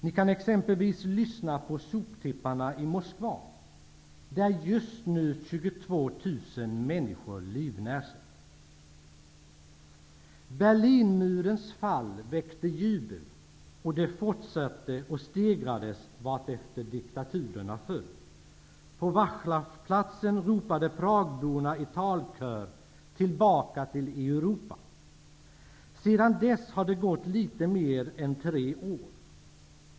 Ni kan exempelvis lyssna till soptipparna i Moskva, där 22 000 människor ''livnär'' sig. Berlinmurens fall väckte jubel. Jublet fortsatte och stegrades vartefter diktaturerna föll. På Vaclavplatsen ropade Pragborna i talkör ''Tillbaka till Europa''. Sedan dess har det gått litet mer än tre år.